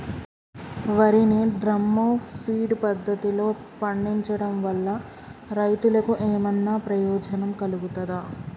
వరి ని drum feed పద్ధతిలో పండించడం వల్ల రైతులకు ఏమన్నా ప్రయోజనం కలుగుతదా?